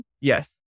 Yes